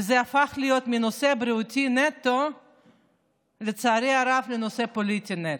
וזה הפך להיות מנושא בריאותי נטו לנושא פוליטי נטו,